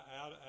out